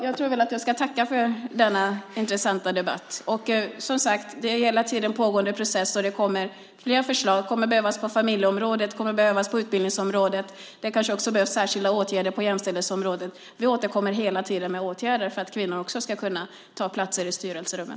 Jag tackar för denna intressanta debatt. Det pågår som sagt en process hela tiden, och det kommer fler förslag. Förslag kommer att behövas på familjeområdet och på utbildningsområdet. Det kanske också behövs särskilda åtgärder på jämställdhetsområdet. Vi återkommer hela tiden med åtgärder för att kvinnor också ska kunna ta plats i styrelserummen.